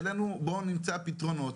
העלינו, בוא נמצא פתרונות.